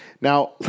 Now